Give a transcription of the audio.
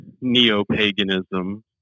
neo-paganism